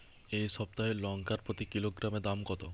এই সপ্তাহের লঙ্কার প্রতি কিলোগ্রামে দাম কত?